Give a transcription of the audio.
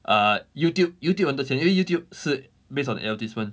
uh YouTube YouTube 很多钱因为 YouTube 是 based on advertisement